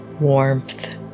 warmth